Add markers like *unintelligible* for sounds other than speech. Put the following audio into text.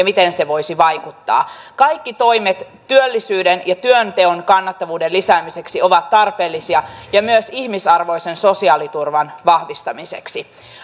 *unintelligible* miten se voisi vaikuttaa kaikki toimet työllisyyden ja työnteon kannattavuuden lisäämiseksi ovat tarpeellisia ja myös ihmisarvoisen sosiaaliturvan vahvistamiseksi